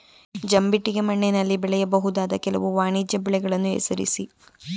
ಜಂಬಿಟ್ಟಿಗೆ ಮಣ್ಣಿನಲ್ಲಿ ಬೆಳೆಯಬಹುದಾದ ಕೆಲವು ವಾಣಿಜ್ಯ ಬೆಳೆಗಳನ್ನು ಹೆಸರಿಸಿ?